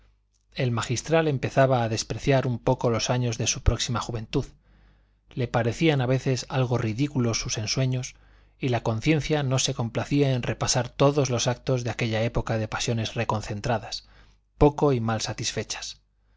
el magistral empezaba a despreciar un poco los años de su próxima juventud le parecían a veces algo ridículos sus ensueños y la conciencia no se complacía en repasar todos los actos de aquella época de pasiones reconcentradas poco y mal satisfechas